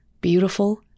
Beautiful